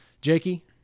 Jakey